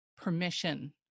permission